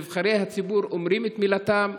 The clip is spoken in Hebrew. נבחרי הציבור אומרים את מילתם,